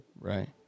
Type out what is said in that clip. Right